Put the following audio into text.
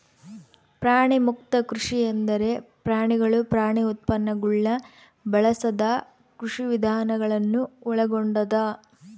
ಪ್ರಾಣಿಮುಕ್ತ ಕೃಷಿ ಎಂದರೆ ಪ್ರಾಣಿಗಳು ಪ್ರಾಣಿ ಉತ್ಪನ್ನಗುಳ್ನ ಬಳಸದ ಕೃಷಿವಿಧಾನ ಗಳನ್ನು ಒಳಗೊಂಡದ